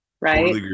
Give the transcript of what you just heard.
Right